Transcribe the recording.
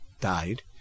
died